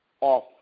off